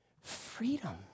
freedom